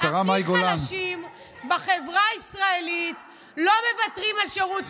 כשהאנשים הכי חלשים בחברה הישראלית לא מוותרים על שירות צבאי.